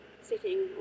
sitting